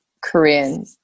korean